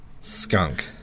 Skunk